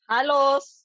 Halos